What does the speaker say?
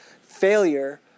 failure